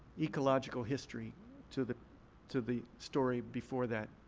ecological history to the to the story before that.